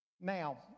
Now